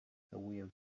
całuję